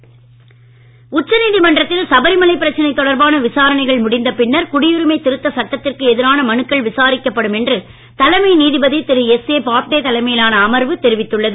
உச்சநீதிமன்றம் உச்சநீதிமன்றத்தில் சபரிமலை பிரச்சனை தொடர்பான விசாரணைகள் முடிந்த பின்னர்குடியுரிமை திருத்த சட்டத்திற்கு எதிரான மனுக்கள் விசாரிக்கப்படும் என்று தலைமை நீதிபதி திரு எஸ்ஏ பாப்டே தலைமையிலான அமர்வு தெரிவித்துள்ளது